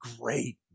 great